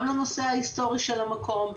גם לנושא ההיסטורי של המקום,